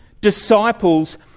disciples